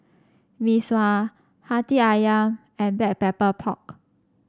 Mee Sua Hati ayam and Black Pepper Pork